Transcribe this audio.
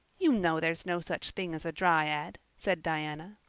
you know there is no such thing as a dryad, said diana.